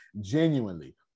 Genuinely